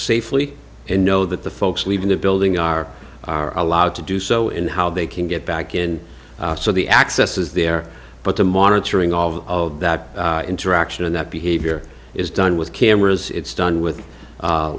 safely and know that the folks leaving the building are allowed to do so in how they can get back in so the access is there but the monitoring all of that interaction and that behavior is done with cameras it's done with